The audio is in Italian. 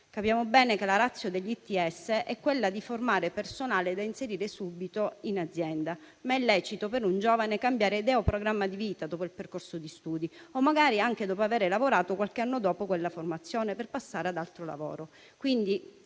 Capiamo bene che la *ratio* degli ITS è quella di formare personale da inserire subito in azienda, ma è lecito per un giovane cambiare idea o programma di vita dopo il percorso di studi, o magari anche, dopo avere lavorato, qualche anno dopo, quella formazione per passare ad altro lavoro.